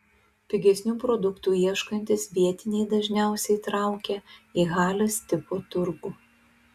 pigesnių produktų ieškantys vietiniai dažniausiai traukia į halės tipo turgų